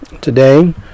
today